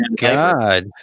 god